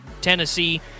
Tennessee –